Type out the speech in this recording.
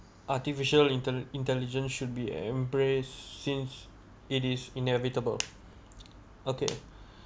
artificial intel~ intelligent should be embrace since it is inevitable okay